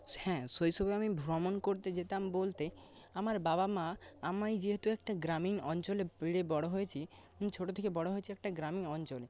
হ্যাঁ শৈশবে আমি ভ্রমণ করতে যেতাম বলতে আমার বাবা মা আমায় যেহেতু একটা গ্রামীণ অঞ্চলে বেড়ে বড় হয়েছি ছোট থেকে বড় হয়েছি একটি গ্রামীণ অঞ্চলে